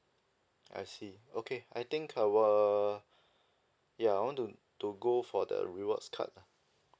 I see okay I think I will ya I want to to go for the rewards card